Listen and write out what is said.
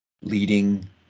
leading